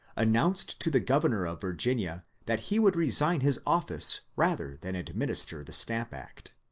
announced to the governor of virginia that he would resign his office rather than administer the stamp act,